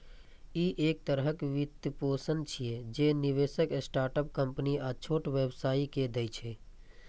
ई एक तरहक वित्तपोषण छियै, जे निवेशक स्टार्टअप कंपनी आ छोट व्यवसायी कें दै छै